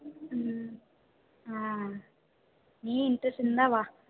ம் ஆ நீயும் இன்டெரஸ்ட் இருந்தால் வா